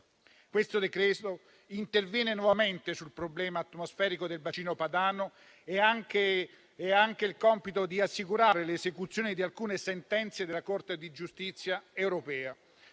esame interviene nuovamente sul problema atmosferico del bacino padano e ha anche il compito di assicurare l'esecuzione di alcune sentenze della Corte di giustizia europea.